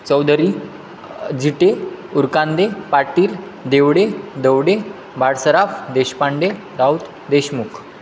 Chaudhari Jite Urkande Patil Devde Davde Badsaraf Deshpande Raut Deshmukh